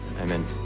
Amen